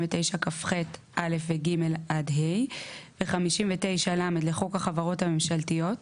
59כח(א) ו־(ג) עד (ה) ו־59ל לחוק החברות הממשלתיות,